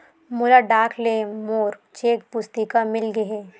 मोला डाक ले मोर चेक पुस्तिका मिल गे हे